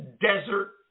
desert